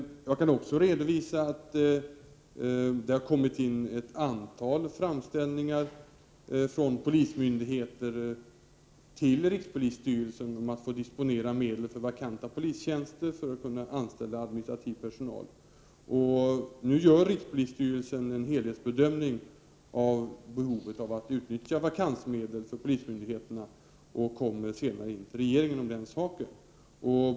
Jag kan också redovisa att det har kommit ett antal framställningar från polismyndigheter till rikspolisstyrelsen om att få disponera medel för vakanta polistjänster i syfte att anställa administrativ personal. Nu gör rikspolisstyrelsen en helhetsbedömning av behovet av att utnyttja vakansmedel vid polismyndigheterna och vänder sig senare till regeringen i saken.